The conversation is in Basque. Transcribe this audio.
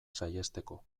saihesteko